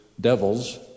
devils